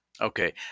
Okay